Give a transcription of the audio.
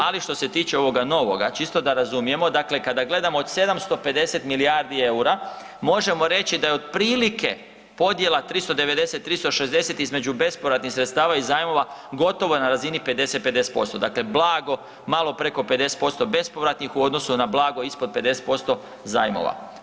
Ali što se tiče ovoga novoga čisto da razumijemo, dakle kada gledamo od 750 milijardi EUR-a možemo reći da je otprilike podjela 390:360 između bespovratnih sredstava i zajmova gotovo na razini 50:50%, dakle blago, malo preko 50% bespovratnih u odnosu na blago ispod 50% zajmova.